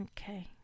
Okay